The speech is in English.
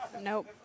nope